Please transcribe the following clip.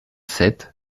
sept